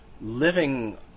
living